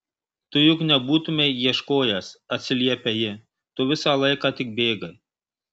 tu juk nebūtumei ieškojęs atsiliepia ji tu visą laiką tik bėgai